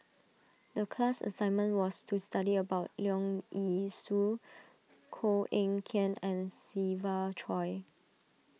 the class assignment was to study about Leong Yee Soo Koh Eng Kian and Siva Choy